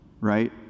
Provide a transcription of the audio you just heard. Right